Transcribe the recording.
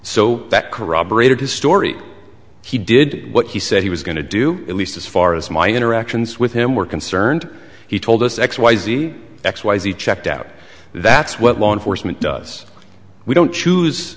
so that corroborated his story he did what he said he was going to do at least as far as my interactions with him were concerned he told us x y z x y z checked out that's what law enforcement does we don't choose